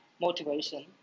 motivation